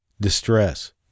Distress